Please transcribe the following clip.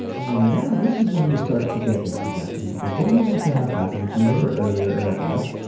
and then, now this is when we start to get into nesting because what we want to have happen, if you remember earlier in our app,